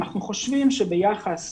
אנחנו חושבים שביחס